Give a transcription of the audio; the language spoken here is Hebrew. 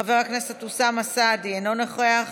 חבר הכנסת אוסאמה סעדי, אינו נוכח,